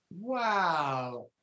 Wow